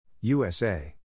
USA